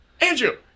andrew